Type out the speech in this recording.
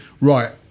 right